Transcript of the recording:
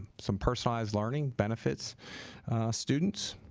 some personalized learning benefits students